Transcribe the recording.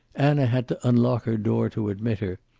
anna had to unlock her door to admit her,